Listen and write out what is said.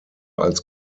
als